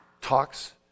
talks